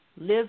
live